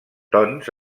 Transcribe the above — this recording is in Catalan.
tons